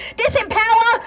disempower